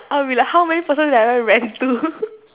I'll be like how many person have I ever rant to